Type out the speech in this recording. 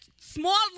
small